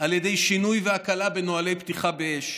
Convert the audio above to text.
על ידי שינוי והקלה בנוהלי פתיחה באש.